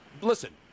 Listen